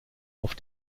auf